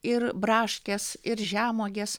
ir braškės ir žemuogės